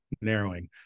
narrowing